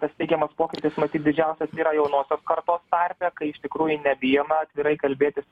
tas teigiamas pokytis matyt didžiausias yra jaunosios kartos tarpe kai iš tikrųjų nebijoma atvirai kalbėtis